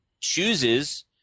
chooses